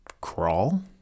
crawl